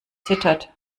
zittert